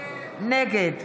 נגד